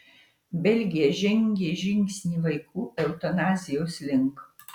belgija žengė žingsnį vaikų eutanazijos link